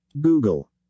Google